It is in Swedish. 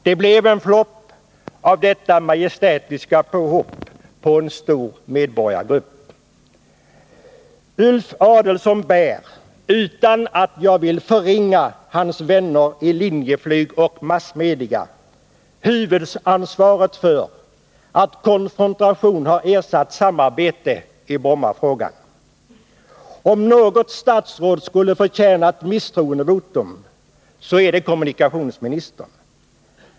Det blev en flopp av detta majestätiska påhopp på en stor medborgargrupp. Ulf Adelsohn bär, utan att jag vill förringa hans vänner i Linjeflyg och massmedia, huvudansvaret för att konfrontation har ersatt samarbete i Brommafrågan. Om något statsråd skulle förtjäna ett misstroendevotum, så är det kommunikationsministern.